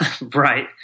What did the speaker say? Right